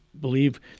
believe